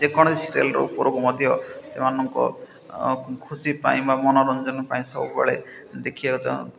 ଯେକୌଣସି ସିରିଏଲ୍ର ଉପରକୁ ମଧ୍ୟ ସେମାନଙ୍କ ଖୁସି ପାଇଁ ବା ମନୋରଞ୍ଜନ ପାଇଁ ସବୁବେଳେ ଦେଖିବା ଯାଉ